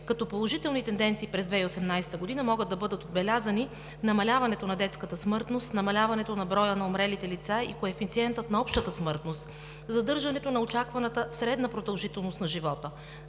като положителни тенденции през 2018 г. могат да бъдат отбелязани: намаляването на детската смъртност; намаляването на броя на умрелите лица и коефициентът на общата смъртност; задържането на очакваната средна продължителност на живота;